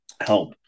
help